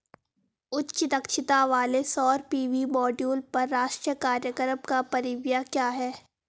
उच्च दक्षता वाले सौर पी.वी मॉड्यूल पर राष्ट्रीय कार्यक्रम का परिव्यय क्या है?